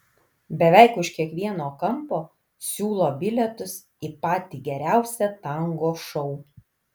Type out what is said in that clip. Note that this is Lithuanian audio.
beveik už kiekvieno kampo siūlo bilietus į patį geriausią tango šou